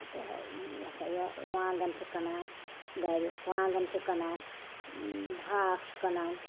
تہٕ یہِ ہَسا یہِ رُوانٛگن چھِ کٕنان گَرِ وانٛگن چھِ کٕنان ہاکھ چھِ کٕنان